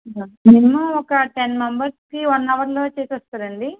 minimum ఒక ten మెంబెర్స్కి one అవర్లో చేసేస్తారాండి